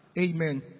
amen